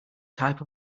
type